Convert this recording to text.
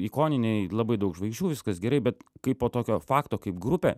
ikoniniai labai daug žvaigždžių viskas gerai bet kaipo tokio fakto kaip grupė